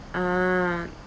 ah